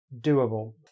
doable